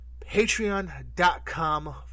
patreon.com